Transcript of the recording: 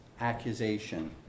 accusation